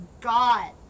God